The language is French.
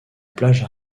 plage